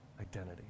identity